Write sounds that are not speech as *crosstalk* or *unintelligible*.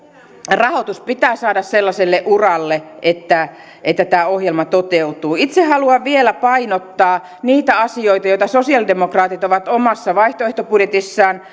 rahoitus pitää saada sellaiselle uralle että että tämä ohjelma toteutuu itse haluan vielä painottaa niitä asioita joita sosialidemokraatit ovat omassa vaihtoehtobudjetissaan *unintelligible*